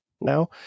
now